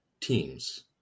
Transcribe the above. teams